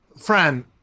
Fran